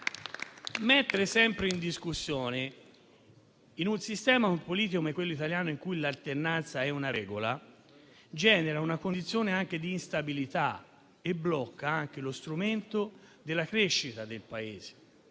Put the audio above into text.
mettere sempre tutto in discussione, in un sistema politico come quello italiano in cui l'alternanza è una regola, genera una condizione di instabilità e blocca lo strumento della crescita del Paese.